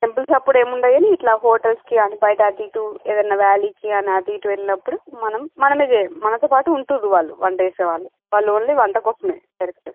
temples అప్పుడు ఏముండవని ఇట్లా హోటల్స్కి అని బయట అటు ఇటు ఏదయినా వ్యాలీకి అటు ఇటు వెళ్ళినప్పుడు మనం మనమే జే మనతో పాటు ఉంటారు వాళ్ళు వంట చేసేవాళ్ళు వాళ్ళు ఓన్లీ వంట కోసమే